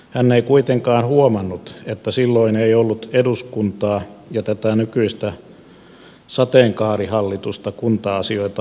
hän ei kuitenkaan huomannut että silloin ei ollut eduskuntaa ja tätä nykyistä sateenkaarihallitusta kunta asioita hämmentämässä